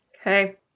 Okay